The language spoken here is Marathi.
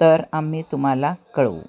तर आम्ही तुम्हाला कळवू